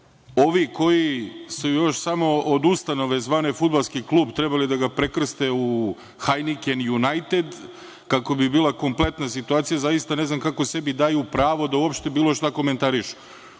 koji su još samo od ustanove zvane fudbalski klub trebali da ga prekrste u „hajniken junajted“, kako bi bila kompletna situacija, zaista ne znam kako sebi daju pravo da uopšte bilo šta komentarišu.